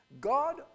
God